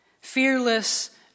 fearless